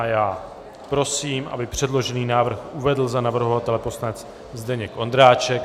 Já prosím, aby předložený návrh uvedl za navrhovatele poslanec Zdeněk Ondráček.